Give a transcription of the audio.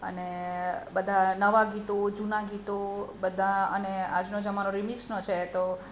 અને બધા નવા ગીતો જૂના ગીતો બધા અને આજનો જમાનો રિમિક્સનો છે તો